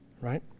Right